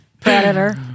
Predator